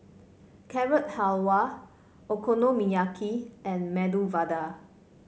Carrot Halwa Okonomiyaki and Medu Vada